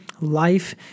life